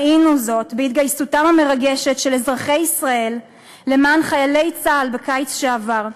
ראינו זאת בהתגייסותם המרגשת של אזרחי ישראל למען חיילי צה"ל בקיץ שעבר,